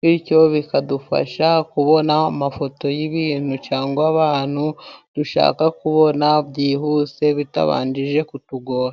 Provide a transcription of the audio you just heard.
bityo bikadufasha kubona amafoto y'ibintu cyangwa abantu dushaka kubona byihuse bitabanjije kutugora.